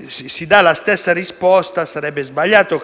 di sangue in strada, sarebbe sbagliato: